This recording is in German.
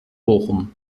bochum